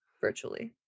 virtually